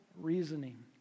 reasoning